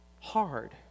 hard